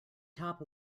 top